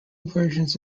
versions